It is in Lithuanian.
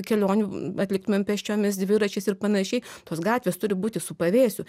kelionių atliktumėm pėsčiomis dviračiais ir panašiai tos gatvės turi būti su pavėsiu